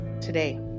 today